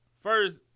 First